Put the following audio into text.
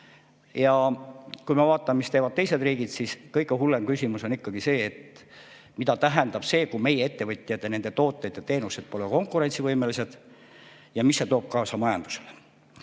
Kui ma vaatan, mida teevad teised riigid, siis kõige hullem küsimus on ikkagi see, et mida tähendab, kui meie ettevõtted ja nende tooted ja teenused pole konkurentsivõimelised ja mida see toob kaasa majandusele.